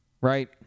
right